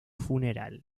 funeral